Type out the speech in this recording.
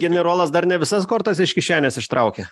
generolas dar ne visas kortas iš kišenės ištraukė